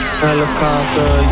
helicopter